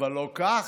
אבל לא כך.